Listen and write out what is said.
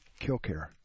Killcare